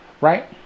Right